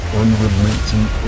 unrelenting